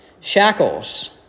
shackles